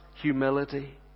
humility